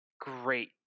great